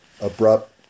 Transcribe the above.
abrupt